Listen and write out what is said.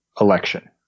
election